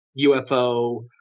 UFO